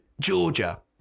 Georgia